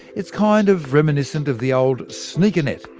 it's kind of reminiscent of the old sneaker-net,